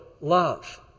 love